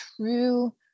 true